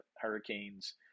hurricanes